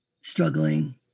struggling